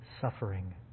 suffering